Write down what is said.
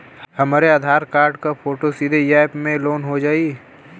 हमरे आधार कार्ड क फोटो सीधे यैप में लोनहो जाई?